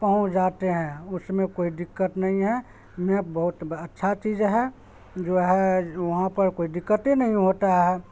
پہنچ جاتے ہیں اس میں کوئی دقت نہیں ہے میپ بہت اچھا چیز ہے جو ہے وہاں پر کوئی دقت نہیں ہوتا ہے